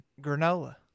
granola